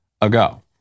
ago